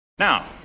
now